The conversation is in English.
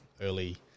early